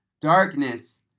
Darkness